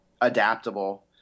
adaptable